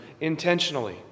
intentionally